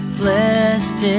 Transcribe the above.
blessed